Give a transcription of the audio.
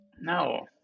No